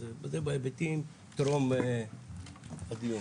אז זה בהיבטים טרום הדיון.